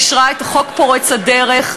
אישרה את החוק פורץ הדרך,